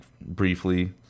briefly